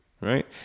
right